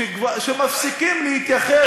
שמפסיקים להתייחס,